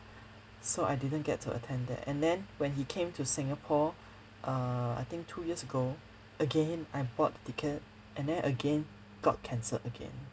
so I didn't get to attend that and then when he came to singapore err I think two years ago again I bought the ticket and then again got cancelled again